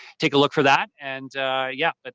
take a look for that and yeah. but